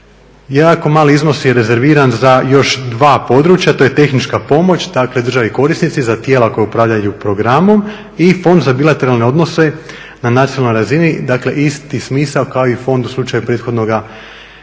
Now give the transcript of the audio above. Jako mali iznos je rezerviran za još dva područja, to je tehnička pomoć dakle državi korisnici za tijela koja upravljaju programom i fond za bilateralne odnose na nacionalnoj razini, dakle isti smisao kao i fond u slučaju prethodnoga mehanizma.